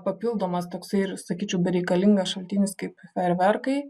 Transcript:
papildomas toksai ir sakyčiau bereikalingas šaltinis kaip ferverkai